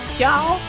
Y'all